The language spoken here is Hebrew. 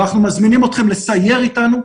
ואנחנו מזמינים אתכם לסייר איתנו,